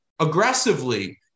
aggressively